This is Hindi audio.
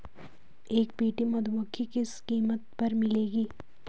एक पेटी मधुमक्खी किस कीमत पर मिलेगी?